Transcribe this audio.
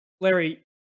Larry